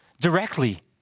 directly